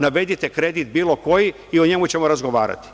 Navedite kredit bilo koji i o njemu ćemo razgovarati.